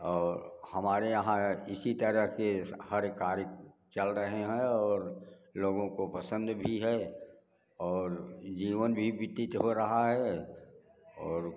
और हमारे यहाँ इसी तरह के हर कार्य चल रहे हैं और लोगों को पसंद भी है और जीवन भी व्यतीत हो रहा है और